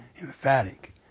emphatic